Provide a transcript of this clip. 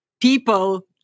People